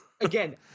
Again